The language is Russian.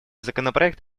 законопроект